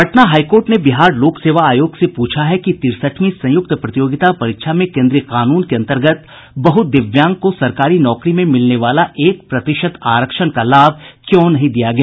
Patna high court ने बिहार लोक सेवा आयोग से प्रछा है कि तिरसठवीं संयुक्त प्रतियोगिता परीक्षा में केन्द्रीय कानून के अन्तर्गत बहुदिव्यांग को सरकारी नौकरी में मिलने वाला एक प्रतिशत आरक्षण का लाभ क्यों नहीं दिया गया